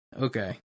Okay